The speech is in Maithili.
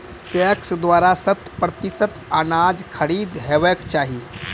पैक्स द्वारा शत प्रतिसत अनाज खरीद हेवाक चाही?